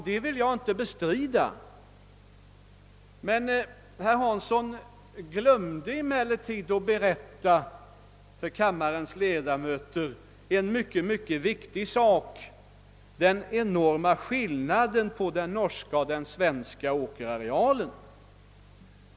Det vill jag inte bestrida, men herr Hansson glömde att berätta för kammarens ledamöter en mycket viktig sak, nämligen den enorma skillnaden mellan den norska och den svenska åkerarealen.